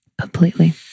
Completely